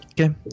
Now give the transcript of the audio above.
Okay